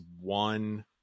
one